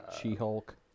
She-Hulk